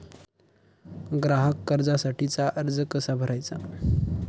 ग्राहक कर्जासाठीचा अर्ज कसा भरायचा?